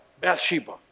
Bathsheba